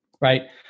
right